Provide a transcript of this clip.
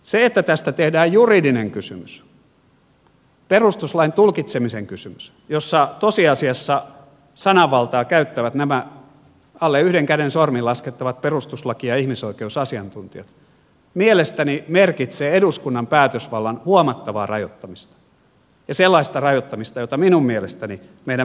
se että tästä tehdään juridinen kysymys perustuslain tulkitsemisen kysymys jossa tosiasiassa sananvaltaa käyttävät nämä alle yhden käden sormin laskettavat perustuslaki ja ihmisoikeusasiantuntijat mielestäni merkitsee eduskunnan päätösvallan huomattavaa rajoittamista ja sellaista rajoittamista jota minun mielestäni meidän perustuslaki ei edellytä